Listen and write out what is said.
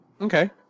Okay